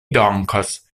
dankas